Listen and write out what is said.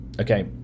Okay